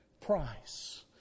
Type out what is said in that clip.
price